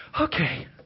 Okay